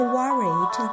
worried